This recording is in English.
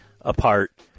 apart